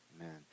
Amen